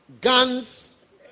Guns